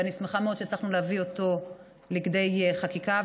ואני שמחה מאוד שהצלחנו להביא אותו לכדי חקיקה,